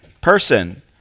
person